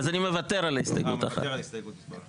אתה מוותר על ההסתייגות הזאת.